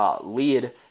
lead